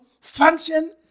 function